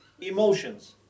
emotions